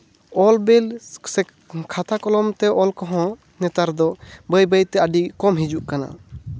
ᱚᱞᱵᱤᱞ ᱥᱮ ᱠᱷᱟᱛᱟ ᱠᱚᱞᱚᱢ ᱛᱮ ᱚᱞ ᱠᱚᱦᱚᱸ ᱱᱮᱛᱟᱨ ᱫᱚ ᱵᱟᱹᱭ ᱵᱟᱹᱭ ᱛᱮ ᱟᱹᱰᱤ ᱠᱚᱢ ᱦᱤᱡᱩᱜ ᱠᱟᱱᱟ